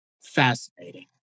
fascinating